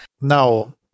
now